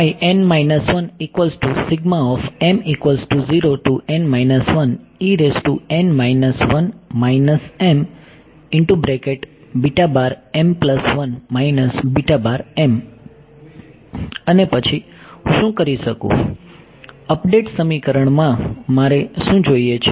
અને પછી હું શું કરી શકું અપડેટ સમીકરણમાં મારે શું જોઈએ છે